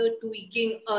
tweaking